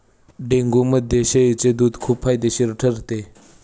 डेंग्यूमध्ये शेळीचे दूध खूप फायदेशीर ठरते